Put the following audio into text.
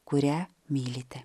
kurią mylite